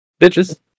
Bitches